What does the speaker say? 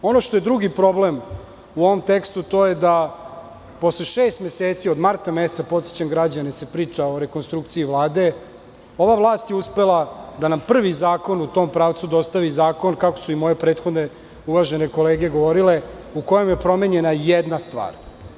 Ono što je drugi problem u ovom tekstu to je da posle šest meseci, od marta meseca, podsećam građane, priča se o rekonstrukciji Vlade, ova vlast je uspela da nam prvi zakon u tom pravcu dostavi, zakon, kako su i moje prethodne uvažene kolege govorile, u kojem je promenjena jedna stvar.